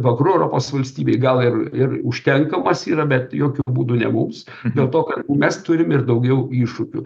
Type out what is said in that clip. vakarų europos valstybei gal ir ir užtenkamas yra bet jokiu būdu ne mums dėl to ka mes turim ir daugiau iššūkių